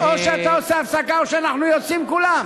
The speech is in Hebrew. או שאתה עושה הפסקה או שאנחנו יוצאים, כולם.